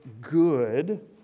good